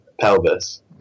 pelvis